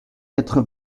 quatre